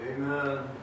Amen